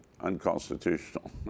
unconstitutional